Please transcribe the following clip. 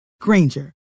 Granger